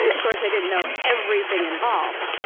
of course i didn't know everything involved.